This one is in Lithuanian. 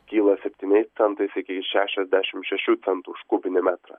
kyla septyniais centais iki šešiasdešim šešių centų už kubinį metrą